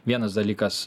vienas dalykas